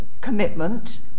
commitment